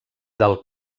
del